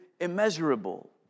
immeasurable